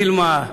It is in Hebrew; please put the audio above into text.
וילמה,